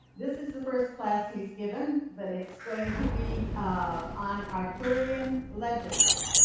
this is the first class he's given, but it's going to be on arthurian legends.